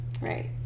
Right